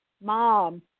mom